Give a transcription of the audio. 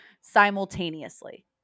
simultaneously